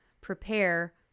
prepare